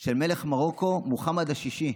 של מלך מרוקו מוחמד השישי,